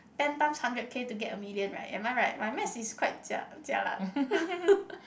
ten times hundred K to get a million right am I right my math is quite jia~ jialat